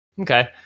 okay